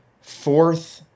fourth